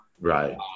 Right